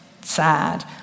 sad